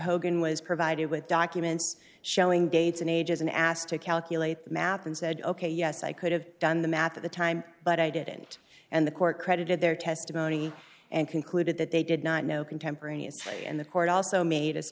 hogan was provided with documents showing dates and ages and asked to calculate the map and said ok yes i could have done the math at the time but i didn't and the court credited their testimony and concluded that they did not know contemporaneously and the court also made